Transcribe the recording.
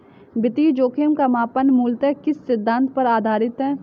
वित्तीय जोखिम का मापन मूलतः किस सिद्धांत पर आधारित है?